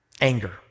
Anger